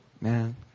Man